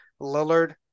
lillard